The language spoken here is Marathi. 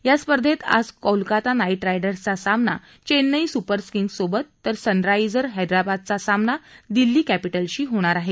या स्पर्धेत आज कोलकाता नाईट रायडर्सचा सामना चेन्नई सुपर किंग्ज सोबत तर सनराजझर्स हैदराबादचा सामना दिल्ली क्र्पिटलशी होणार आहे